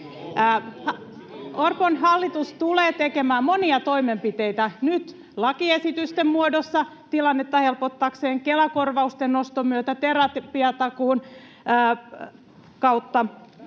Orpon hallitus tulee tekemään monia toimenpiteitä: nyt lakiesitysten muodossa tilannetta helpottaakseen, Kela-korvausten noston myötä, terapiatakuun kautta